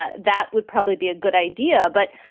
ah that would probably be a good idea. but,